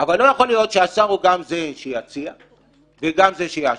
אבל לא יכול להיות שהשר הוא גם שזה שיציע וגם זה שיאשר.